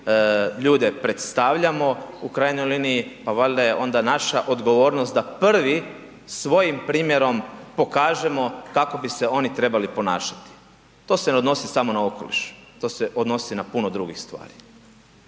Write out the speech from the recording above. ljude predstavljamo u krajnjoj liniji pa valjda je onda naša odgovornost da prvi svojim primjerom pokažemo kako bi se oni trebali ponašati. To se ne odnosi samo na okoliš, to se odnosi na puno drugih stvari.